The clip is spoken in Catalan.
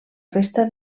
resta